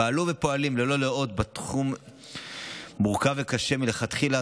הם פעלו ופועלים ללא לאות בתחום מורכב וקשה מלכתחילה.